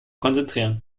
konzentrieren